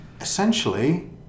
essentially